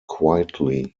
quietly